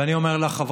ואני אומר לך,